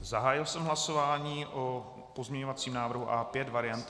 Zahájil jsem hlasování o pozměňovacím návrhu A5 varianta 1.